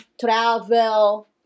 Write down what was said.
travel